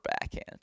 backhand